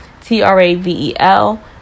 T-R-A-V-E-L